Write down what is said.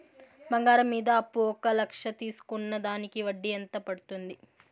బంగారం మీద అప్పు ఒక లక్ష తీసుకున్న దానికి వడ్డీ ఎంత పడ్తుంది?